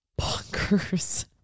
bonkers